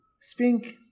Spink